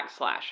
backslash